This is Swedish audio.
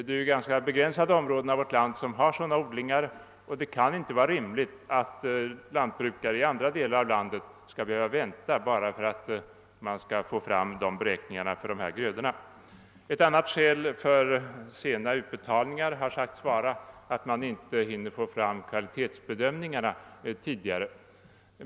Det är ganska begränsade områden av vårt land som har sådana odlingar, och det kan inte vara rimligt att lantbrukare i andra delar av landet skall behöva vänta bara för att beräkningarna för dessa grödor först skall göras. Ett annat skäl för sena utbetalningar har sagts vara att man inte hinner få fram kvalitetsbedömningarna tidigare.